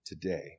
today